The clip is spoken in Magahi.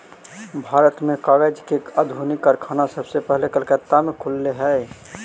भारत में कागज के आधुनिक कारखाना सबसे पहले कलकत्ता में खुलले हलइ